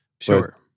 Sure